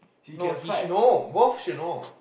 no he should know both should know